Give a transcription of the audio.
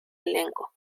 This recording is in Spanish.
elenco